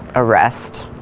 arrest.